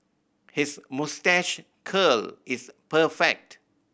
his moustache curl is perfect